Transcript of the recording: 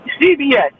CBS